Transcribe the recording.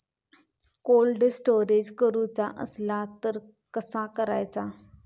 Cold storage करूचा असला तर कसा करायचा?